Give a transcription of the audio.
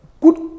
good